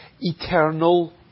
eternal